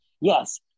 Yes